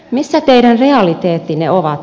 missä teidän realiteettinne ovat